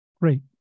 Great